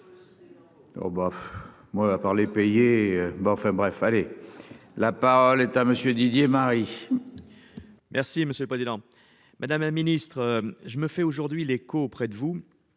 Bof moi à part les payer. Bon enfin bref allez. La parole est à monsieur Didier Marie. Merci, monsieur le Président Madame la Ministre je me fait aujourd'hui l'écho auprès de vous,